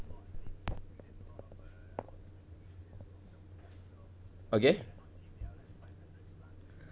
okay